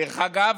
דרך אגב,